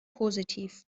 positiv